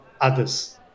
others